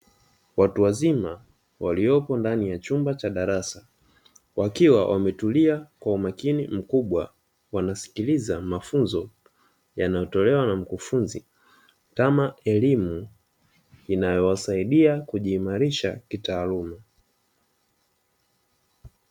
Watu wazima waliopo ndani ya chumba cha darasa, wakiwa wametulia kwa umakini mkubwa, wanasikiliza mafunzo yanayotolewa na mkufunzi kama elimu inayowasaidia kujiimarisha kitaaluma.